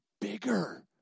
bigger